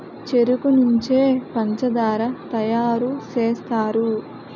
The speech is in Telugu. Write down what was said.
చెరుకు నుంచే పంచదార తయారు సేస్తారు